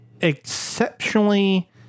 exceptionally